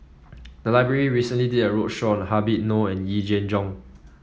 the library recently did a roadshow on Habib Noh and Yee Jenn Jong